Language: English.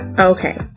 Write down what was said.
Okay